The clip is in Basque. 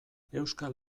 euskal